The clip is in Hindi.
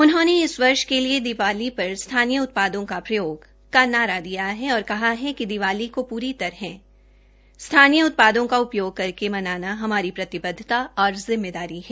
उन्होंने इस वर्ष के लिए दीपावली पर स्थानीय उत्पादों का प्रयोग का नारा दिया है और कहा कि दीपावली का पूरी तरह स्थानीय उतपादों का उपयोग करके मनाना हमारी प्रतिबद्वता और जिम्मेदारी है